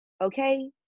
Okay